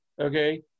okay